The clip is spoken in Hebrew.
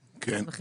אני לא רוצה